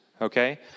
okay